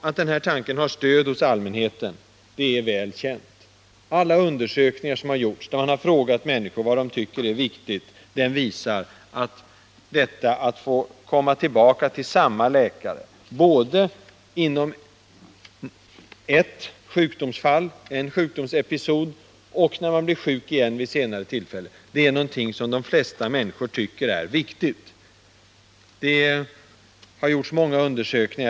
Att den här tanken har stöd hos allmänheten är väl känt. Alla undersökningar som har gjorts, där man har frågat människor vad de tycker är viktigt, visar att detta att få komma tillbaka till samma läkare, både under en sjukdomsepisod och när man blir sjuk igen vid ett senare tillfälle, är någonting som de flesta människor tycker är viktigt. Det har gjorts många undersökningar.